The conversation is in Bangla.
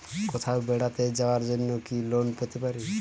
কোথাও বেড়াতে যাওয়ার জন্য কি লোন পেতে পারি?